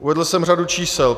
Uvedl jsem řadu čísel.